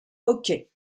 hockey